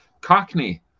cockney